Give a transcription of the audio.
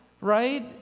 right